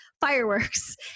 fireworks